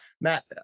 Matt